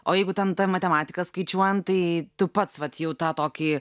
o jeigu tam ta matematika skaičiuojant tai tu pats vat jau tą tokį